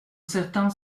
certains